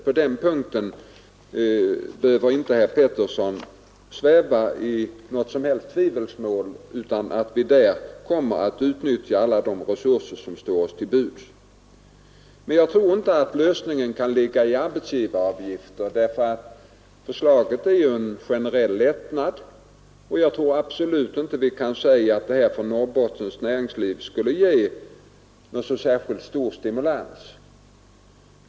På den punkten behöver herr Petersson inte sväva i något som helst tvivelsmål om att vi kommer att utnyttja alla de resurser som står oss till buds. Jag anser emellertid inte att lösningen ligger i ett slopande av arbetsgivaravgiften, ty det innebär ju en generell lättnad. För Norrbottens näringsliv skulle inte en slopad arbetsgivaravgift ge särskilt stor stimulans.